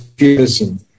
medicine